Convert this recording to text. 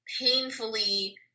painfully